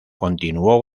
continuó